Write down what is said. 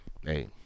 hey